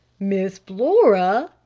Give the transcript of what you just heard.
miss flora?